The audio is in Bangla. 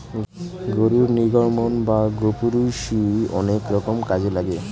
গরুর নির্গমন বা গোপুরীষ অনেক রকম কাজে লাগে